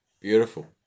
beautiful